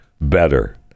better